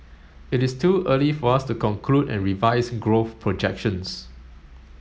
it is too early for us to conclude and revise growth projections